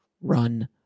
run